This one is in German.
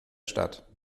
stadt